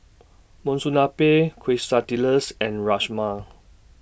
Monsunabe Quesadillas and Rajma